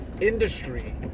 industry